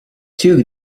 two